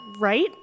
Right